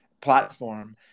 platform